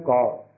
God